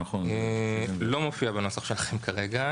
7,